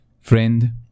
Friend